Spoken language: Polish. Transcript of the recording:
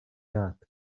lat